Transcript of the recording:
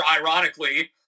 ironically